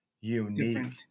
unique